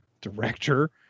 director